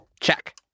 Check